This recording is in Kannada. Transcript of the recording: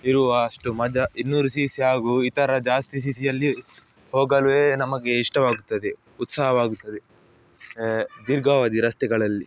ಇರುವಷ್ಟು ಮಜಾ ಇನ್ನೂರು ಸಿ ಸಿ ಹಾಗೂ ಇತರ ಜಾಸ್ತಿ ಸಿ ಸಿಯಲ್ಲಿ ಹೋಗಲೇ ನಮಗೆ ಇಷ್ಟವಾಗುತ್ತದೆ ಉತ್ಸಾಹವಾಗುತ್ತದೆ ದೀರ್ಘಾವಧಿ ರಸ್ತೆಗಳಲ್ಲಿ